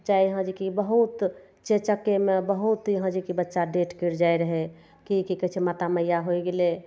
चाहे यहाँ जेकि बहुत चेचकेमे बहुत यहाँ जेकि बच्चा डेथ करि जाइ रहय कि की कहय छै माता मैया होइ गेलय